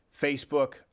Facebook